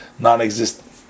non-existent